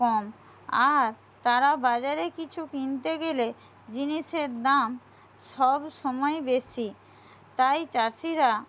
কম আর তারা বাজারে কিছু কিনতে গেলে জিনিসের দাম সবসময় বেশি তাই চাষিরা